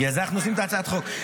בגלל זה אנחנו עושים את הצעת החוק.